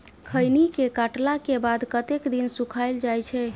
खैनी केँ काटला केँ बाद कतेक दिन सुखाइल जाय छैय?